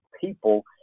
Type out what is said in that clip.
people